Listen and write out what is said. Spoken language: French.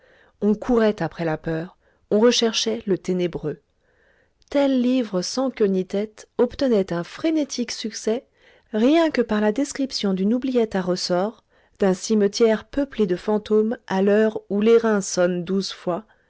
on courait après la peur on recherchait le ténébreux tel livre sans queue ni tête obtenait un frénétique succès rien que par la description d'une oubliette à ressort d'un cimetière peuplé de fantômes à l'heure où l'airain sonne douze fois